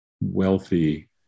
wealthy